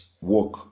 work